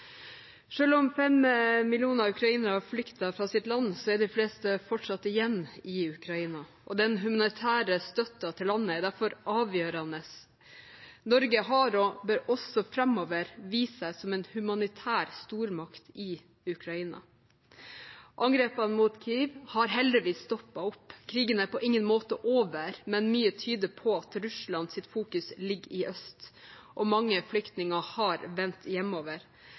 om fem millioner ukrainere har flyktet fra sitt land, er de fleste fortsatt igjen i Ukraina. Den humanitære støtten til landet er derfor avgjørende. Norge har vist seg og bør også framover vise seg som en humanitær stormakt i Ukraina. Angrepene mot Kyiv har heldigvis stoppet opp, men krigen er på ingen måte over. Mye tyder på at Russlands fokusering ligger i øst, og mange flyktninger har vendt hjemover.